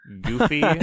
goofy